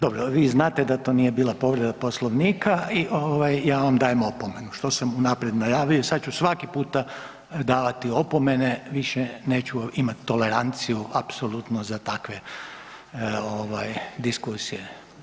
Dobro, vi znate da to nije bila povreda Poslovnika i ovaj ja vam dajem opomenu što sam unaprijed najavio i sad ću svaki puta davati opomene, više neću imati toleranciju apsolutno za takve ovaj diskusije.